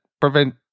prevent